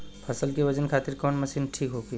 फसल के वजन खातिर कवन मशीन ठीक होखि?